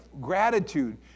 Gratitude